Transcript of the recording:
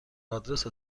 آدرس